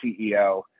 CEO